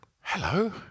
Hello